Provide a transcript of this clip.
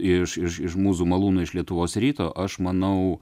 iš iš iš mūzų malūno iš lietuvos ryto aš manau